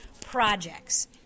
projects